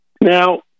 Now